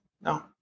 No